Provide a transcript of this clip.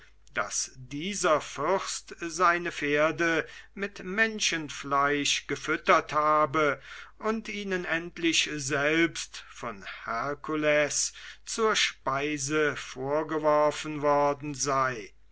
daß dieser fürst seine pferde mit menschenfleisch gefüttert habe und ihnen endlich selbst vom herkules zur speise vorgeworfen worden sei